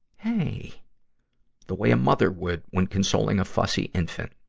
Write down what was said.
hey the way a mother would when consoling a fussy infant.